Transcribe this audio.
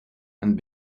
and